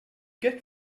get